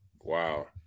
Wow